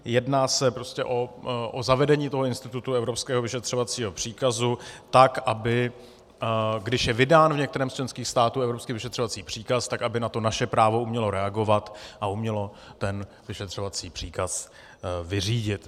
Jedná se prostě o zavedení institutu evropského vyšetřovacího příkazu tak, aby když je vydán v některém z členských států evropský vyšetřovací příkaz, tak aby na to naše právo umělo reagovat a umělo ten vyšetřovací příkaz vyřídit.